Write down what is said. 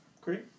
Great